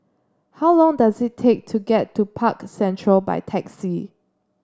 how long does it take to get to Park Central by taxi